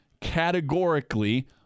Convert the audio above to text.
categorically